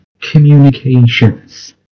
communications